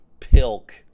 Pilk